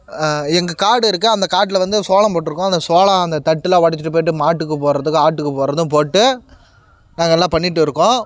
எங்கள் காடு இருக்கு அந்த காட்டில் வந்து சோளம் போட்டுருக்கோம் அந்த சோளம் அந்த தட்டுலாம் ஒடைச்சிட்டு போய்ட்டு மாட்டுக்கு போடுறதுக்கு ஆட்டுக்கு போடுறதும் போட்டு நாங்கள் எல்லாம் பண்ணிகிட்டு இருக்கோம்